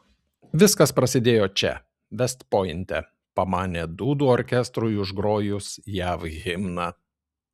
viskas prasidėjo čia vest pointe pamanė dūdų orkestrui užgrojus jav himną